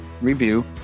review